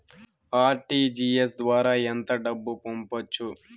RTGS ద్వారా ఎంత డబ్బు పంపొచ్చు?